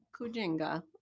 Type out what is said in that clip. Kujinga